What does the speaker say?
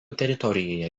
teritorijoje